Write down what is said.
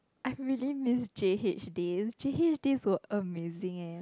I really miss J_H days J_H days was amazing eh